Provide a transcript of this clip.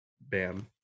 Bam